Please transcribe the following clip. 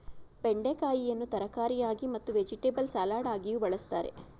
ಬೆಂಡೆಕಾಯಿಯನ್ನು ತರಕಾರಿಯಾಗಿ ಮತ್ತು ವೆಜಿಟೆಬಲ್ ಸಲಾಡಗಿಯೂ ಬಳ್ಸತ್ತರೆ